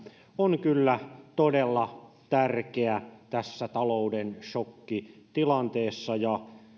on kyllä todella tärkeä tässä talouden sokkitilanteessa ja